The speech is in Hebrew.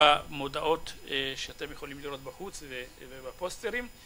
המודעות שאתם יכולים לראות בחוץ ובפוסטרים.